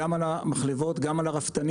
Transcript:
גם על המחלבות גם על הרפתנים,